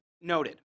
noted